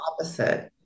opposite